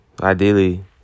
ideally